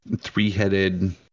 three-headed